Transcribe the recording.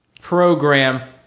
program